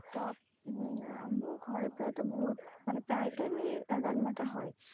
ତ ଆମ ଘରେ ପ୍ରାୟତଃ ବହୁତ ମାନେ ପ୍ରାୟ ଟାଇମ୍ ଏହି ଡ଼ାଲମାଟା ହୁଏ